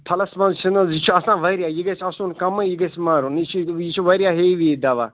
پھَلَس منٛز چھُنہٕ حظ یہِ چھُ آسان واریاہ یہِ گَژھِ آسُن کَمے یہِ گَژھِ مَرُن یہِ چھُ یہِ چھُ واریاہ ہیٚوِی دَوا